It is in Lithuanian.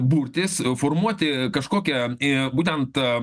burtis formuoti kažkokią į būtent